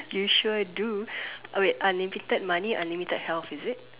you sure do uh wait unlimited money unlimited health is it